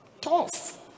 tough